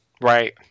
right